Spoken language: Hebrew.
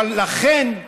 אבל לכן,